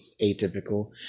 atypical